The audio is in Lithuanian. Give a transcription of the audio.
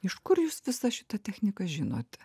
iš kur jūs visą šitą techniką žinot